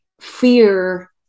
fear